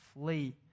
flee